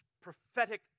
prophetic